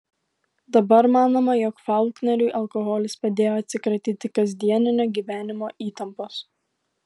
dabar manoma jog faulkneriui alkoholis padėjo atsikratyti kasdieninio gyvenimo įtampos